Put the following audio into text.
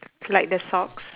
like the socks